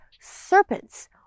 Serpents